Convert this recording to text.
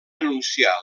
anunciar